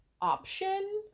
option